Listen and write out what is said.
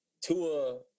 Tua